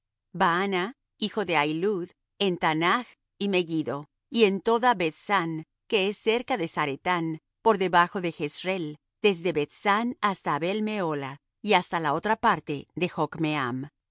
baana hijo de ahilud en taanach y megiddo y en toda beth san que es cerca de zaretán por bajo de jezreel desde beth san hasta abel mehola y hasta la otra parte de jocmeam